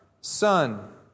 Son